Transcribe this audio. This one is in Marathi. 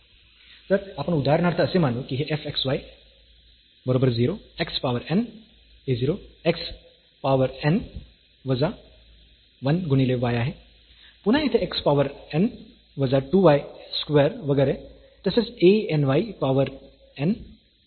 तर आपण उदाहरणार्थ असे मानू की हे f x y बरोबर 0 x power n a 0 x power n वजा 1 गुणिले y आहे पुन्हा येथे x पॉवर n वजा 2 y स्क्वेअर वगैरे तसेच a n y पॉवर n